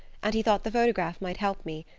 and he thought the photograph might help me.